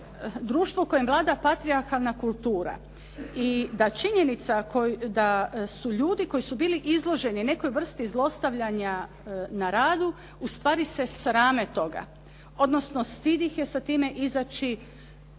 društvo u kojem vlada patrijarhalna kultura i da činjenica da ljudi koji su bili izloženi nekoj vrsti zlostavljanja na radu ustvari se srame toga, odnosno stid ih je sa time izaći